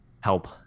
help